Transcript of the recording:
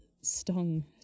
stung